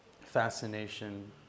fascination